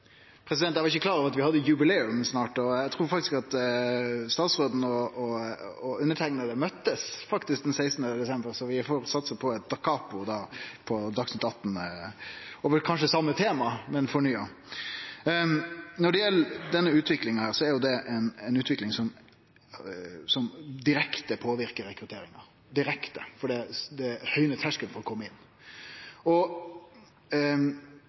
Eg var ikkje klar over at vi hadde eit jubileum snart, og eg trur at statsråden og eg faktisk møtte kvarandre den 16. desember, så vi får satse på eit dakapo på Dagsnytt 18 over kanskje same tema, men fornya. Når det gjeld denne utviklinga, er det ei utvikling som direkte påverkar rekrutteringa, for det gjer terskelen høgare for å kome inn.